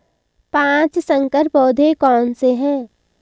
पाँच संकर पौधे कौन से हैं?